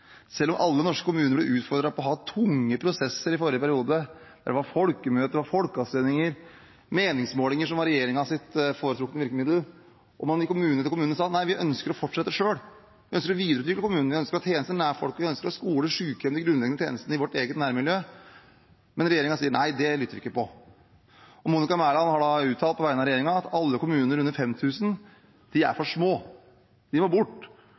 Selv om alle norske kommuner ble utfordret på å ha tunge prosesser i forrige periode – det var folkemøter, folkeavstemninger og meningsmålinger som var regjeringens foretrukne virkemiddel – og man i kommune etter kommune sa nei, vi ønsker å fortsette selv, vi ønsker å videreutvikle kommunen, vi ønsker å ha tjenester nær folk, vi ønsker å ha skoler, sykehjem, ja de grunnleggende tjenestene, i vårt eget nærmiljø, sier regjeringen nei, det lytter vi ikke til. Monica Mæland har uttalt på vegne av regjeringen at alle kommuner under 5 000 er for små, de må bort. De har ikke livets rett. Halvparten av landets kommuner er